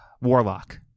Warlock